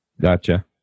Gotcha